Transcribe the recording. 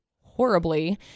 horribly